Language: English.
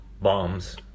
bombs